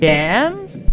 jams